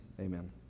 Amen